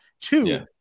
Two